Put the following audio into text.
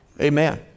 Amen